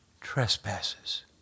trespasses